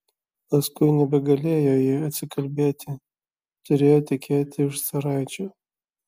paskui nebegalėjo ji atsikalbėti turėjo tekėti už caraičio